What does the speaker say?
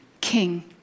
king